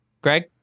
Greg